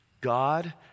God